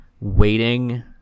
waiting